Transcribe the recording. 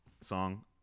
song